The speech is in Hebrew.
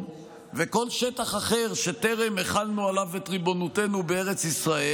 וכל שטח אחר שטרם החלנו עליו את ריבונותנו בארץ ישראל,